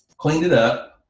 cleaned it up,